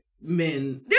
men